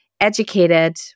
educated